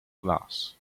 glass